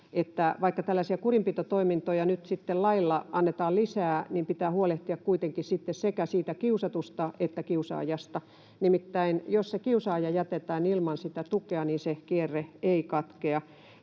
vaikka tällaisia kurinpitotoimintoja nyt sitten lailla annetaan lisää, niin pitää huolehtia kuitenkin sitten sekä siitä kiusatusta että kiusaajasta. Nimittäin jos se kiusaaja jätetään ilman tukea, se kierre ei katkea.